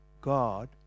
God